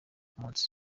munsi